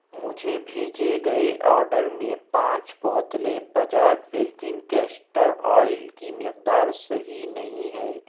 مجھے بھیجے گئے آرڈر میں پانچ بوتلیں پجاج کیسٹر آئل کی مقدار صحیح نہیں ہے